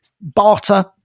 Barter